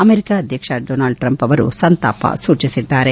America ಅಧ್ಯಕ್ಷ Donald Trump ಅವರು ಸಂತಾಪ ಸೂಚಿಸಿದ್ದಾರೆ